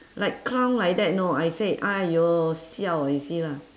like clown like that know I said !aiyo! siao eh see lah